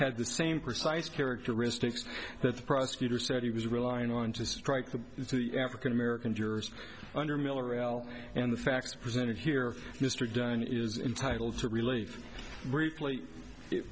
had the same precise characteristics that the prosecutor said he was relying on to strike the to the african american jurors under miller and the facts presented here mr dunn is entitle to relief briefly i